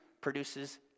produces